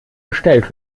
gestellt